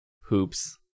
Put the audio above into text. hoops